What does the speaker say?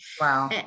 Wow